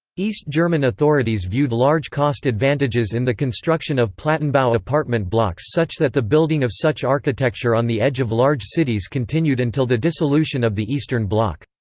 east german authorities viewed large cost advantages in the construction of plattenbau apartment blocks such that the building of such architecture on the edge of large cities continued until the dissolution of the eastern bloc.